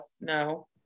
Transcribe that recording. No